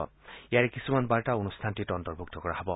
বাণীবদ্ধ কিছুমান বাৰ্তা অনুষ্ঠানটিত অন্তৰ্ভূক্ত কৰা হ'ব